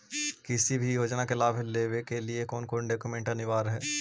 किसी भी योजना का लाभ लेने के लिए कोन कोन डॉक्यूमेंट अनिवार्य है?